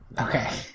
Okay